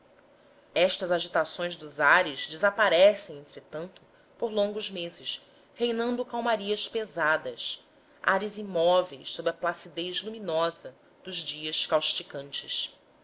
estas agitações dos ares desaparecem entretanto por longos meses reinando calmarias pesadas ares imóveis sob a placidez luminosa dos dias causticantes